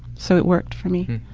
so it worked for me.